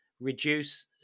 reduce